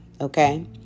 Okay